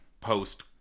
post